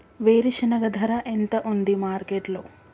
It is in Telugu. వేరుశెనగ ధర ఎంత ఉంది మార్కెట్ లో?